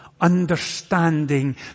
understanding